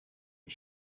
you